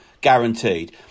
guaranteed